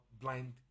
blind